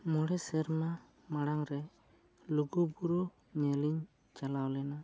ᱢᱚᱬᱮ ᱥᱮᱨᱢᱟ ᱢᱟᱲᱟᱝ ᱨᱮ ᱞᱩᱜᱩᱵᱩᱨᱩ ᱧᱮᱞᱤᱧ ᱪᱟᱞᱟᱣ ᱞᱮᱱᱟ